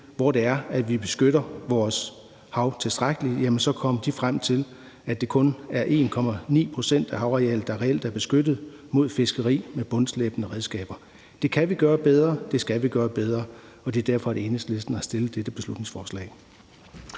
er, vi beskytter vores hav tilstrækkeligt, kom de frem til, at det kun er 1,9 pct. af havarealet, der reelt er beskyttet mod fiskeri med bundslæbende redskaber. Det kan vi gøre bedre, det skal vi gøre bedre, og det er derfor, Enhedslisten har fremsat dette beslutningsforslag.